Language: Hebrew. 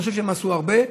אני חושב שהם עשו הרבה.